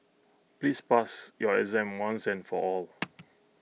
please pass your exam once and for all